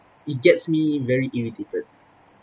it gets me very irritated